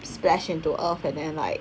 splash into earth and then like